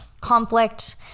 conflict